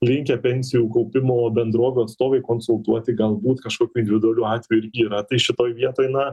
linkę pensijų kaupimo bendrovių atstovai konsultuoti galbūt kažkokių individualių atvejų ir yra tai šitoj vietoj na